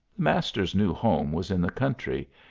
master's new home was in the country,